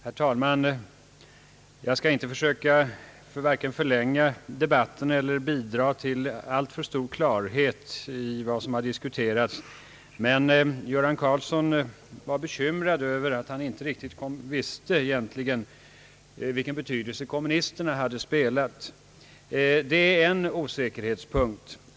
Herr talman! Jag skall inte vare sig förlänga debatten eller bidraga att lösa Göran Karlssons bekymmer över vilken roll kommunisterna hade haft i hyresregleringens bibehållande. Det är fortfarande en osäkerhetspunkt.